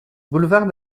boulevard